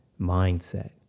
mindset